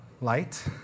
light